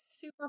super